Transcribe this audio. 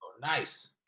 Nice